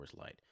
Light